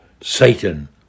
Satan